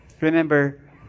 Remember